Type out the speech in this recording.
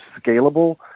scalable